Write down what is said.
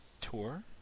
tour